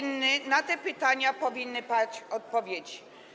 Na te pytania powinny paść odpowiedzi.